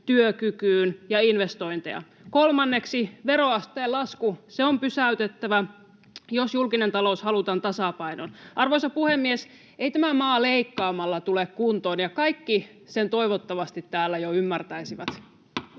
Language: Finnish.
työkykyyn ja investointeja. Kolmanneksi: veroasteen lasku. Se on pysäytettävä, jos julkinen talous halutaan tasapainoon. Arvoisa puhemies! Ei tämä maa leikkaamalla tule kuntoon, ja kaikki sen toivottavasti täällä jo ymmärtäisivät.